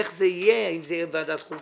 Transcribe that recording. איך זה יהיה האם זה יהיה בוועדת החוקה,